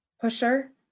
pusher